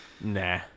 Nah